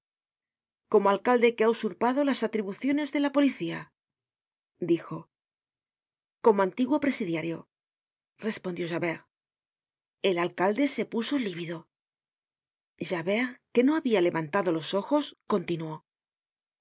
como alcalde que ha usurpado las atribuciones de la policía dijo como antiguo presidiario respondió javert el alcalderse puso lívido javert que no habia levantado los ojos continuó